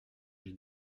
j’ai